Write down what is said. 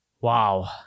Wow